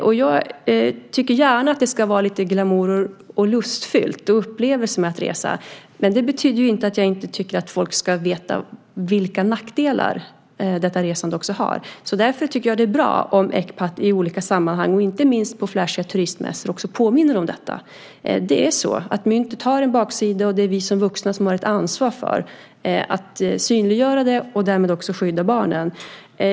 Och jag tycker att det gärna kan vara lite glamoröst och lustfyllt och en upplevelse att resa. Men det betyder inte att jag inte tycker att folk ska veta vilka nackdelar som detta resande också har. Därför tycker jag att det är bra om Ecpat i olika sammanhang, inte minst på flashiga turistmässor, också påminner om detta. Myntet har också en baksida, och det är vi som vuxna som har ett ansvar för att synliggöra det och därmed också skydda barnen.